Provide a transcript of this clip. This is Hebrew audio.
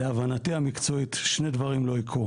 להבנתי המקצועית שני דברים לא יקרו